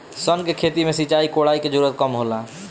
सन के खेती में सिंचाई, कोड़ाई के जरूरत कम होला